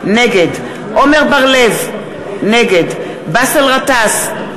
נגד עמר בר-לב, נגד באסל גטאס,